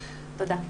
תודה.